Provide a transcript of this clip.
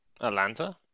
Atlanta